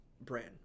brand